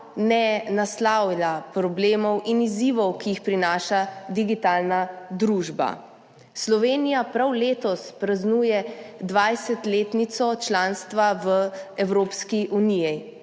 ne naslavlja problemov in izzivov, ki jih prinaša digitalna družba. Slovenija prav letos praznuje 20-letnico članstva v Evropski uniji.